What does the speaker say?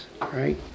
Right